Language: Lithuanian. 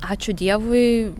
ačiū dievui